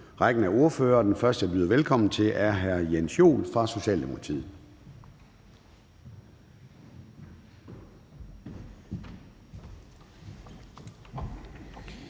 rækken af ordførere, og den første, jeg byder velkommen til, er hr. Jens Joel fra Socialdemokratiet.